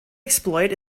exploit